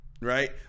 right